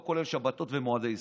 לא כולל שבתות ומועדי ישראל.